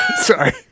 Sorry